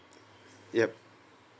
yup